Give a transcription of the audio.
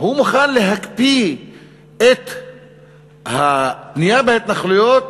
הוא מוכן להקפיא את הבנייה בהתנחלויות